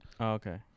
okay